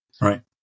Right